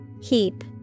Heap